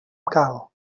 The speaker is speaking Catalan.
cal